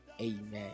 Amen